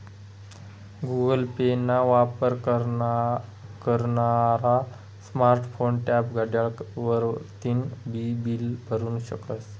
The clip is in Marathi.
गुगल पे ना वापर करनारा स्मार्ट फोन, टॅब, घड्याळ वरतीन बी बील भरु शकस